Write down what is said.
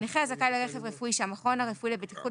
נכה הזכאי לרכב רפואי שהמכון הרפואי לבטיחות